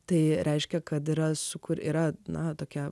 tai reiškia kad yra su kur yra na tokia